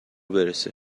برسه